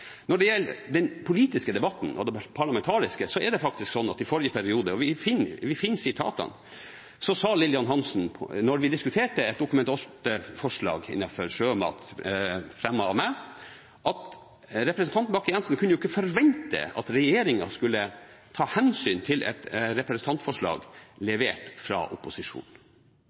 gjelder den politiske debatten og det parlamentariske, sa faktisk Lillian Hansen i forrige periode – og vi finner sitatene – da vi diskuterte et Dokument 8-forslag om sjømat, fremmet av meg, at representanten Bakke-Jensen kunne jo ikke forvente at regjeringen skulle ta hensyn til et representantforslag